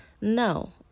no